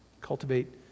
Cultivate